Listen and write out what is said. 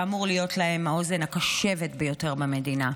שאמור להיות להם האוזן הקשבת ביותר במדינה.